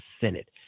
Senate